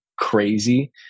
crazy